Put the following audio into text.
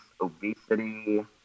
obesity